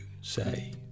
say